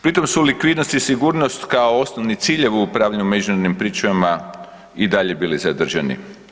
Pritom su likvidnost i sigurnost kao osnovni ciljevi u upravljanju međunarodnim pričuvama i dalje bili zadržani.